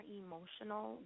emotional